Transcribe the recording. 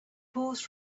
paused